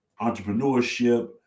entrepreneurship